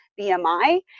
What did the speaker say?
BMI